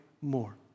more